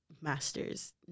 master's